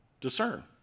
discern